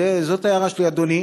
זאת ההערה שלי, אדוני,